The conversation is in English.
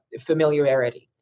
familiarity